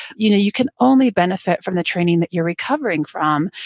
you know you can only benefit from the training that you're recovering from.